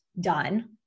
done